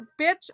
bitch